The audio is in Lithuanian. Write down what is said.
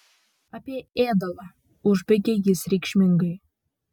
apie ėdalą užbaigė jis reikšmingai